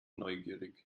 neugierig